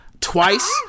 twice